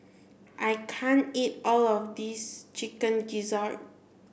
I can't eat all of this chicken gizzard